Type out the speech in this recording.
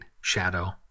shadow